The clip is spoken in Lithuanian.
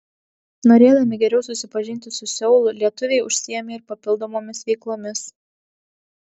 norėdami geriau susipažinti su seulu lietuviai užsiėmė ir papildomomis veiklomis